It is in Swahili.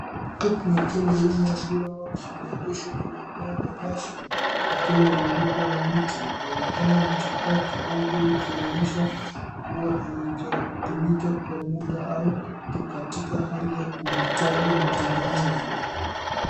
Tuk tuk nyekundu imeegeshwa kwenye eneo la nyasi ikiwa imezungukwa na miti . Inaonekana imechakaa kidogo ikionyesha kuwa haijatumika kwa muda au liko katika hali ya kuhitaji matengenezo.